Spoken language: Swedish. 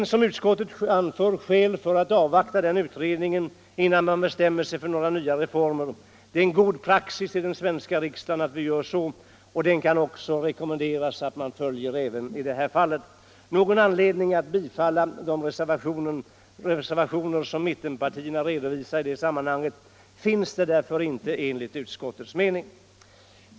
Såsom utskottet anför finns det skäl att avvakta denna utredning, innan man bestämmer sig för några nya reformer. Det är en god praxis i den svenska riksdagen att göra så. Den kan rekommenderas även i detta fall. Någon anledning att bifalla de reservationer som mittenpartierna redovisar i detta sammanhang finns därför inte enligt utskottets mening.